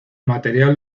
material